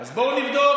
אז בואו נבדוק.